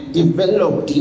developed